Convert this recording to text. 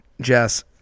Jess